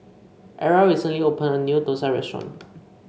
Era recently opened a new thosai restaurant